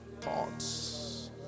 thoughts